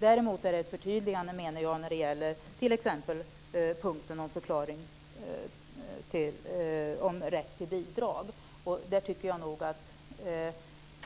Däremot menar jag att t.ex. punkten om förklaring av rätt till bidrag är ett förtydligande. Där tycker jag nog att